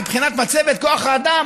מבחינת מצבת כוח האדם,